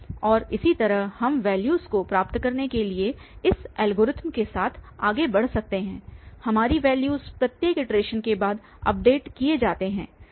और इसी तरह हम वैल्यूस को प्राप्त करने के लिए इस एल्गोरिदम के साथ आगे बढ़ सकते हैं हमारी वैल्यूस प्रत्येक इटरेशन के बाद अपडेट किए जाते हैं